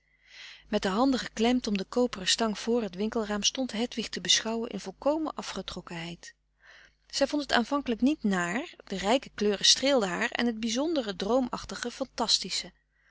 met de handen geklemd om den koperen stang voor het winkelraam stond hedwig te beschouwen in volkomen afgetrokkenheid zij vond het aanvankelijk niet naar de rijke kleuren streelden haar en het bizondere droomachtige fantastische